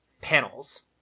panels